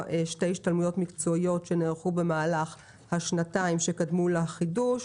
שתי השתלמויות מקצועיות שנערכו במהלך השנתיים שקדמו לחידוש.